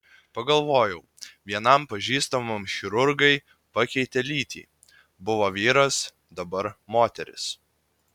pagalvojau vienam pažįstamam chirurgai pakeitė lytį buvo vyras dabar moteris